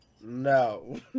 No